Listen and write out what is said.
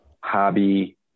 hobby